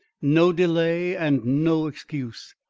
no delay and no excuse.